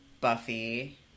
Buffy